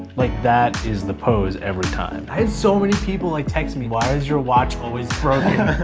like that is the pose every time. i had so many people like text me, why is your watch always broken?